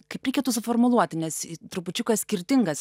kaip reikėtų suformuluoti nes trupučiuką skirtingas